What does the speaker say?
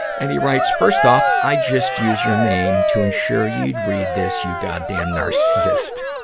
and he writes, first off, i just use your name to ensure you'd read this, you goddamn narcissist.